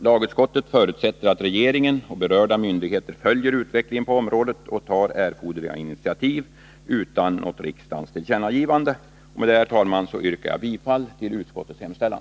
Lagutskottet förutsätter att regeringen och berörda myndigheter följer utvecklingen på området och tar erforderliga initiativ utan något riksdagens tillkännagivande. Med detta, herr talman, yrkar jag bifall till utskottets hemställan.